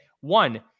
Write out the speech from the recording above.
one